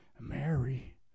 Mary